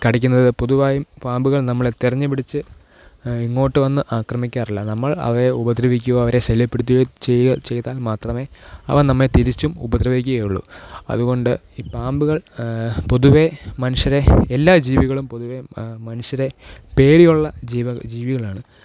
കടിക്കുന്നത് പൊതുവായും പാമ്പുകള് നമ്മളെ തിരഞ്ഞ് പിടിച്ച് ഇങ്ങോട്ട് വന്ന് ആക്രമിക്കാറില്ല നമ്മള് അവയെ ഉപദ്രവിക്കുകയോ അവരെ ശല്യപ്പെടുത്തുകയോ ചെയ്താല് മാത്രമേ അവ നമ്മളെ തിരിച്ചും ഉപദ്രവിക്കുകയുള്ളൂ അതുകൊണ്ട് ഈ പാമ്പുകള് പൊതുവേ മനുഷ്യരെ എല്ലാ ജീവികളും പൊതുവേ മനുഷ്യരെ പേടിയുള്ള ജീവികളാണ്